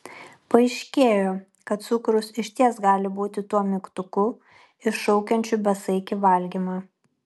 paaiškėjo kad cukrus išties gali būti tuo mygtuku iššaukiančiu besaikį valgymą